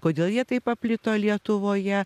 kodėl jie taip paplito lietuvoje